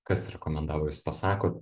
kas rekomendavo jūs pasakot